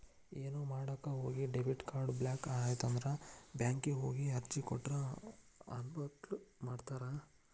ಏನೋ ಮಾಡಕ ಹೋಗಿ ಡೆಬಿಟ್ ಕಾರ್ಡ್ ಬ್ಲಾಕ್ ಆಯ್ತಂದ್ರ ಬ್ಯಾಂಕಿಗ್ ಹೋಗಿ ಅರ್ಜಿ ಕೊಟ್ರ ಅನ್ಬ್ಲಾಕ್ ಮಾಡ್ತಾರಾ